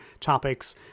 topics